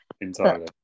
Entirely